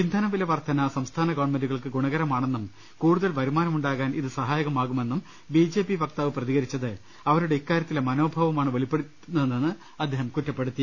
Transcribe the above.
ഇന്ധന വിലവർദ്ധന സംസ്ഥാന ഗവൺമെന്റുകൾക്ക് ഗുണകരമാണെന്നും കൂടുതൽ വരുമാനമുണ്ടാകാൻ ഇത് സഹാ യകമാകുമെന്നും ബി ജെ പി വക്താവ് പ്രതികരിച്ചത് അവരുടെ ഇക്കാര്യത്തിലെ മനോഭാവമാണ് വെളിച്ചത്തുകൊണ്ടുവരുന്നതെന്ന് അദ്ദേഹം കുറ്റപ്പെടുത്തി